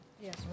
Yes